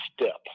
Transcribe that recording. step